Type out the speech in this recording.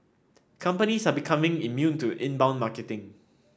companies are becoming immune to inbound marketing